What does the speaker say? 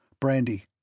Brandy